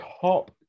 top